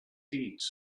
teach